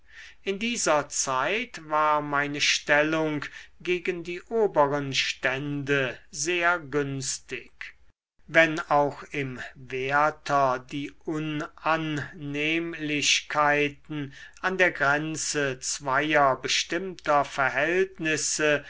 in dieser zeit war meine stellung gegen die oberen stände sehr günstig wenn auch im werther die unannehmlichkeiten an der grenze zweier bestimmter verhältnisse